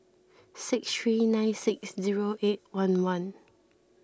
six three nine six zero eight one one